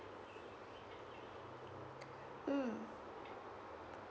mm